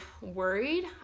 worried